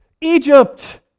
Egypt